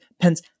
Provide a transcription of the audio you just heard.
Pence